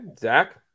Zach